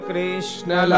Krishna